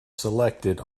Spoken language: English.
selected